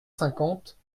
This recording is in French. cinquante